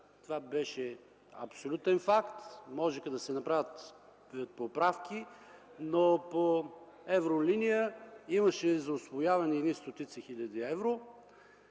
Това беше абсолютен факт. Можеха да се направят поправки, но по евролиния имаше за усвояване едни стотици хиляди евро,